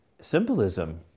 Symbolism